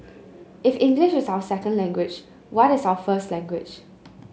if English is our second language what is our first language